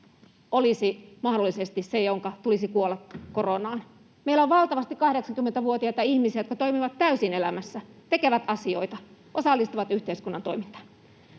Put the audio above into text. olisi mahdollisesti se, jonka tulisi kuolla koronaan. Meillä on valtavasti 80-vuotiaita ihmisiä, jotka toimivat täysin elämässä, tekevät asioita, osallistuvat yhteiskunnan toimintaan.